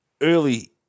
early